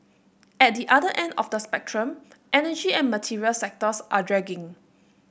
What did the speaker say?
at the other end of the spectrum energy and material sectors are dragging